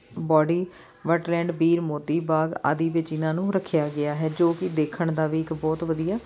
body wetland ਵੀਰ ਮੋਤੀ ਬਾਗ ਆਦਿ ਵਿਚ ਇਹਨਾਂ ਨੂੰ ਰੱਖਿਆ ਗਿਆ ਹੈ ਜੋ ਕਿ ਦੇਖਣ ਦਾ ਵੀ ਇੱਕ ਬਹੁਤ ਵਧੀਆ